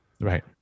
Right